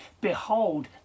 behold